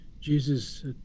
Jesus